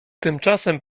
tymczasem